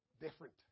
Different